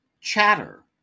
Chatter